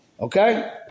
Okay